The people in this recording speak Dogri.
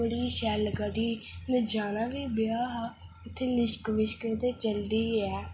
बडी शैल लग्गा दी ही में जाना बी ब्याह हा ते लिश्क बिस्क ते चलदी गै ऐ